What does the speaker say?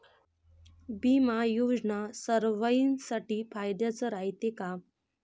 बिमा योजना सर्वाईसाठी फायद्याचं रायते का?